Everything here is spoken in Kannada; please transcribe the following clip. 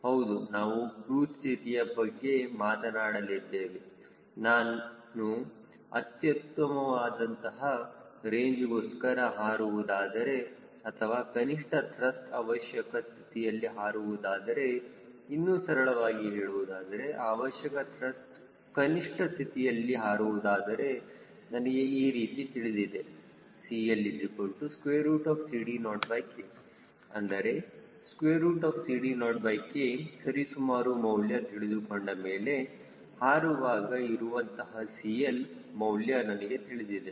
ಹೌದು ನಾವು ಕ್ರೂಜ್ ಸ್ಥಿತಿಯ ಬಗ್ಗೆ ಮಾತನಾಡಲಿದ್ದೇವೆ ನಾನು ಅತ್ಯುತ್ತಮವಾದಂತಹ ರೇಂಜ್ಗೋಸ್ಕರ ಹಾರುವುದಾದರೆ ಅಥವಾ ಕನಿಷ್ಠ ತ್ರಸ್ಟ್ ಅವಶ್ಯಕ ಸ್ಥಿತಿಯಲ್ಲಿ ಹಾರುವುದಾದರೆ ಇನ್ನೂ ಸರಳವಾಗಿ ಹೇಳುವುದಾದರೆ ಅವಶ್ಯಕ ತ್ರಸ್ಟ್ ಕನಿಷ್ಠ ಸ್ಥಿತಿಯಲ್ಲಿ ಹಾರುವುದಾದರೆ ನನಗೆ ಈ ರೀತಿ ತಿಳಿದಿದೆ CLCD0K ಅಂದರೆ CD0K ಸರಿಸುಮಾರು ಮೌಲ್ಯ ತಿಳಿದುಕೊಂಡ ಮೇಲೆ ಹಾರುವಾಗ ಇರುವಂತಹ CL ಮೌಲ್ಯ ನನಗೆ ತಿಳಿದಿದೆ